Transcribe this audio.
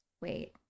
wait